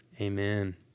amen